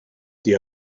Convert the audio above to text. the